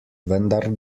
vendar